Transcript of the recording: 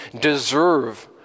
deserve